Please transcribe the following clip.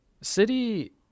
City